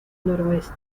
noroeste